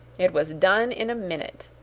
it was done in a minute.